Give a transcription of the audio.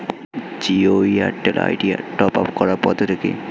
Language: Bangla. Jio Airtel Idea top up করার পদ্ধতি কি?